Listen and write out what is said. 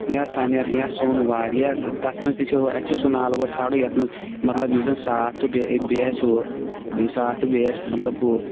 یا سرینٮ۪ر یا سرٛون واریاہ تَتھ منٛز تہِ چھِ اَسہِ چھ سُہ نالہٕ گۄڈٕ ژھانٛڑُن یَتھ منٛز مطلب یُس زَن صاف تہٕ بیٚیہِ بیٚیہِ آسہِ ہُہ بیٚیہِ صاف تہٕ بیٚیہِ آسہِ مطلب ہُہ